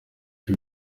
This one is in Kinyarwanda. ibi